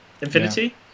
Infinity